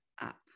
up